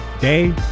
day